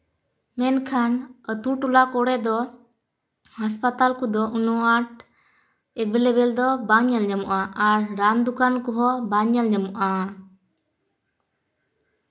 ᱢᱮᱱᱠᱷᱟᱱ ᱟ ᱛᱩ ᱴᱩᱞᱟ ᱠᱚᱨᱮ ᱫᱚ ᱦᱟᱸᱥᱯᱟᱛᱟᱞ ᱠᱚᱫᱚ ᱩᱱᱟ ᱜ ᱟᱸᱴ ᱮᱵᱮᱞᱮᱵᱮᱞ ᱫᱚ ᱵᱟᱝ ᱧᱮᱞ ᱧᱟᱢᱚᱜᱼᱟ ᱟᱨ ᱨᱟᱱ ᱫᱚᱠᱟᱱ ᱠᱚᱦᱚᱸ ᱵᱟᱝ ᱧᱮᱞ ᱧᱟᱢᱚᱜ ᱟ